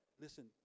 listen